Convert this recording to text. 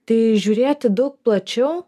tai žiūrėti daug plačiau